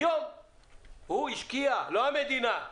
היום הוא השקיע, לא המדינה,